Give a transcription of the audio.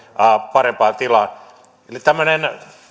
parempaan tilaan eli tämmöinen